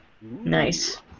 Nice